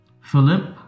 Philip